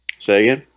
saying it